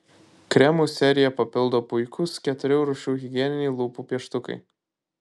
kremų seriją papildo puikūs keturių rūšių higieniniai lūpų pieštukai